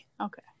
okay